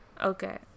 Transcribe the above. Okay